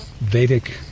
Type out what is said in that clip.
Vedic